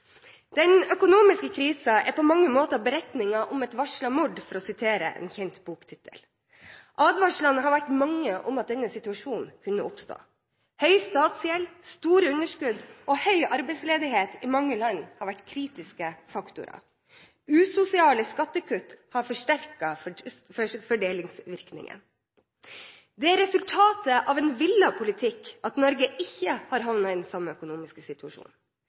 Den økonomiske krisen er på mange måter beretningen om et varslet mord, for å sitere en kjent boktittel. Advarslene har vært mange om at denne situasjonen kunne oppstå. Høy statsgjeld, store underskudd og høy arbeidsledighet i mange land har vært kritiske faktorer. Usosiale skattekutt har forsterket fordelingsvirkningen. Det er resultatet av en villet politikk at Norge ikke har havnet i den samme økonomiske situasjonen.